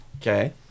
Okay